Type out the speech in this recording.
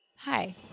Hi